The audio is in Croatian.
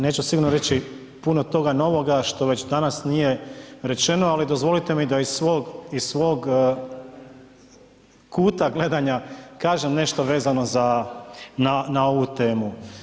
Neću sigurno reći puno toga novoga što već danas nije rečeno, ali dozvolite mi da iz svog kuta gledanja kažem nešto vezano za na ovu temu.